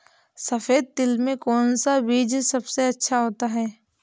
सफेद तिल में कौन सा बीज सबसे अच्छा होता है?